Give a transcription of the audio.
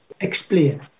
Explain